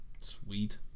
Sweet